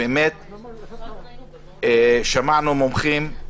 שמענו מומחים,